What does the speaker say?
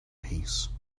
peace